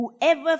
whoever